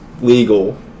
legal